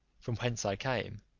from whence i came,